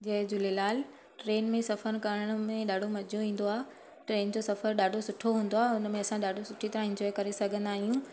जय Jhulelal train में सफ़रु करण में ॾाढो मज़ो ईंदो आहे ट्रेन जो सफ़रु ॾाढो सुठो हूंदो आहे हुन में असां ॾाढो सुठी तरह एन्जॉय करे सघंदा आहियूं